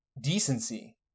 decency